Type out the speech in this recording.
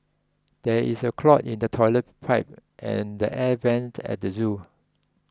there is a clog in the Toilet Pipe and the Air Vents at the zoo